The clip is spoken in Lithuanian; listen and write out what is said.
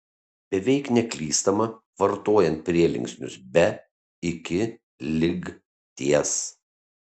beveik neklystama vartojant prielinksnius be iki lig ties